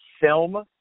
film